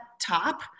top